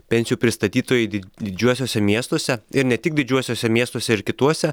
pensijų pristatytojai di didžiuosiuose miestuose ir ne tik didžiuosiuose miestuose ir kituose